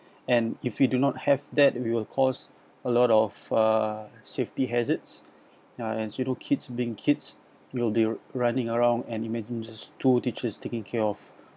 and if we do not have that we will cause a lot of uh safety hazards ya so the kids being kids will be running around and imagines just two teachers taking care of